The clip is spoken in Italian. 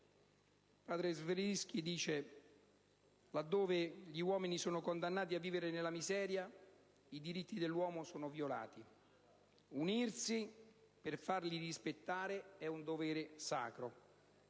dei diritti umani:«Laddove gli uomini sono condannati a vivere nella miseria, i diritti dell'uomo sono violati. Unirsi per farli rispettare è un dovere sacro».